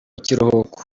kiruhuko